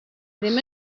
ddim